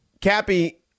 Cappy